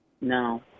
No